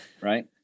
right